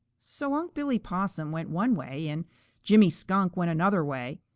so unc' billy possum went one way, and jimmy skunk went another way.